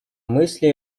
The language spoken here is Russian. мысли